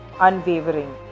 unwavering